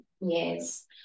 Yes